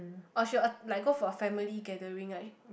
or she will att~ like go for a family gathering right